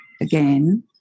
again